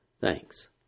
Thanks